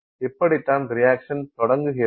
இப்படிதான் ரியாக்சன் தொடங்குகிறது